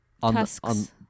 tusks